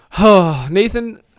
Nathan